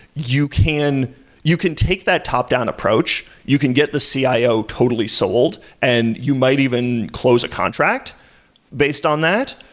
you can you can take that top down approach, you can get the cio ah totally sold and you might even close a contract based on that,